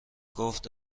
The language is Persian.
گفت